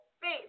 face